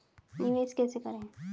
निवेश कैसे करें?